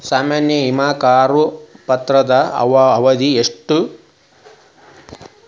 ಸಾಮಾನ್ಯ ವಿಮಾ ಕರಾರು ಪತ್ರದ ಅವಧಿ ಎಷ್ಟ?